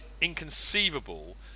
inconceivable